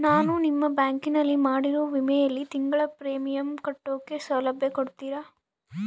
ನಾನು ನಿಮ್ಮ ಬ್ಯಾಂಕಿನಲ್ಲಿ ಮಾಡಿರೋ ವಿಮೆಯಲ್ಲಿ ತಿಂಗಳ ಪ್ರೇಮಿಯಂ ಕಟ್ಟೋ ಸೌಲಭ್ಯ ಕೊಡ್ತೇರಾ?